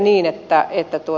niin että eta tuo